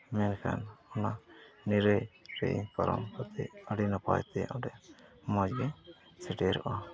ᱢᱮᱱᱷᱟᱱ ᱚᱱᱟ ᱱᱤᱨᱟᱹᱭᱨᱮ ᱯᱟᱨᱚᱢ ᱠᱟᱛᱮᱫ ᱟᱹᱰᱤ ᱱᱟᱯᱟᱭᱛᱮ ᱚᱸᱰᱮ ᱢᱚᱡᱽᱜᱮ ᱥᱮᱴᱮᱨᱚᱜᱼᱟ